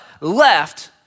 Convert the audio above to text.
left